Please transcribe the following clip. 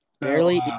Barely